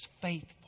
faithful